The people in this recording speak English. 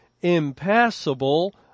impassable